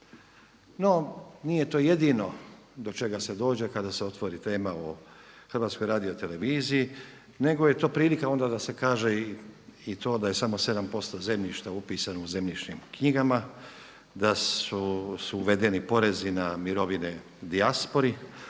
No, nije to jedino do čega se dođe kada se otvori tema o HRT-u nego je to prilika onda da se kaže i to da je samo 7% zemljišta upisano u zemljišnim knjigama, da su uvedeni porezi na mirovine u dijaspori,